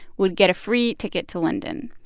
would get a free ticket to london.